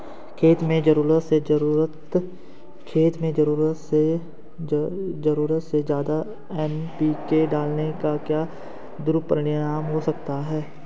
खेत में ज़रूरत से ज्यादा एन.पी.के डालने का क्या दुष्परिणाम हो सकता है?